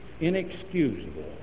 inexcusable